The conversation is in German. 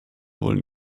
wollen